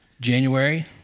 January